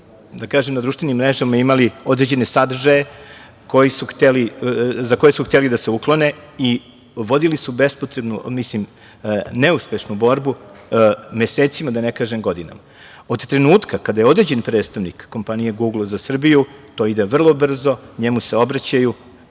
da kažem, na društvenim mrežama imali određene sadržaje za koje su hteli da se uklone i vodili su bespotrebnu, mislim, neuspešnu borbu mesecima, da ne kažem godinama. Od trenutka kada je određen predstavnik kompanije Gugl za Srbiju, to ide vrlo brzo, njemu se obraćaju